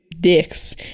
dicks